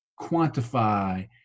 quantify